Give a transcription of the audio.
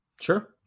Sure